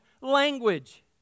language